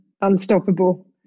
unstoppable